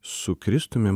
su kristumi